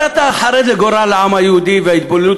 הרי אתה חרד לגורל העם היהודי וההתבוללות.